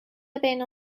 بین